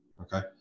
okay